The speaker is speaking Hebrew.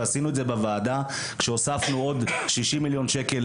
וגם עשינו את זה בוועדה כשהוספנו עוד 60 מיליון שקל